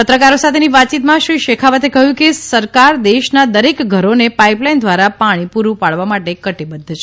પત્રકારો સાથેની વાતયીતમાં શ્રી શેખાવતે કહ્યું કે સરકાર દેશના દરેક ઘરોને પાઇપલાઇન દ્વારા પાણી પુરૂં પાડવા માટે કટિબદ્ધ છે